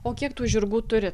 o kiek tų žirgų turi